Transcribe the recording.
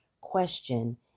question